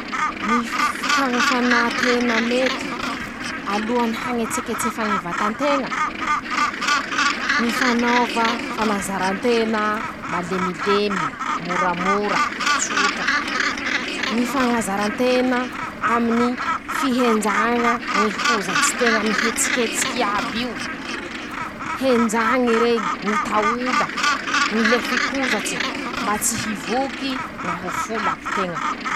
Mifahañafanà tena mety aloha: - ñy hañetseketsefa ñy vata nteña, ñy fanaova fanazaran-tena malemilemy, moramora, tsotra, ñy fañazaran-tena aminy fihenjaña ñy hozatsy nteña mihetsiketsiky iab'io, henjañy rey, ñy taola, ñy lefikozatse mba tsy hivoky na ho folaky teña.